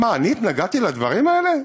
מה, אני התנגדתי לדברים האלה?